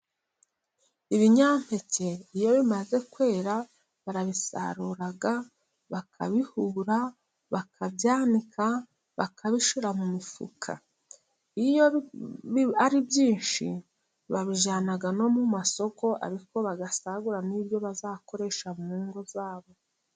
Ibinyampeke iyo bimaze kwera barabisarura, bakabihura, bakabyanika, bakabishira mu mifuka. Iyo ari byinshi, babijyana no mu masoko, ariko bagasagura n'ibyo bazakoresha mu ngo zabo.